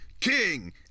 King